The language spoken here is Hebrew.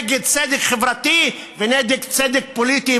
נגד צדק חברתי ונגד צדק פוליטי.